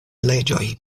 leĝoj